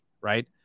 right